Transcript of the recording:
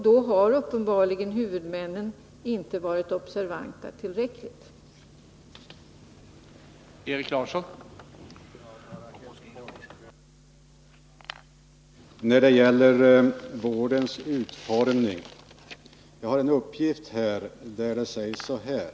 Då har uppenbarligen huvudmännen inte varit tillräckligt observanta.